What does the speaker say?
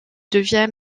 devient